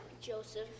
Joseph